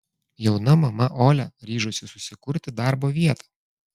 jauna mama olia ryžosi susikurti darbo vietą